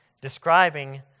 describing